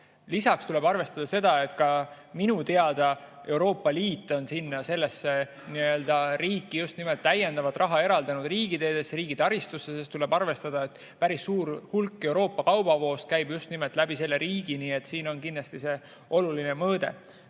Lisaks tuleb arvestada seda, et minu teada on Euroopa Liit eraldanud sellesse riiki täiendavat raha, riigiteedesse, riigitaristusse. Tuleb arvestada, et päris suur hulk Euroopa kaubavoost käib just nimelt läbi selle riigi, nii et siin on kindlasti see mõõde